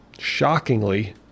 shockingly